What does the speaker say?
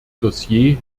dossier